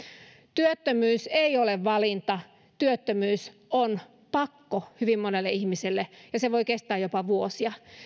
työttömyys ei ole valinta työttömyys on pakko hyvin monelle ihmiselle ja se voi kestää jopa vuosia